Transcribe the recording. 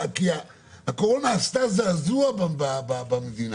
כי הקורונה עשתה זעזוע במדינה,